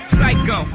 Psycho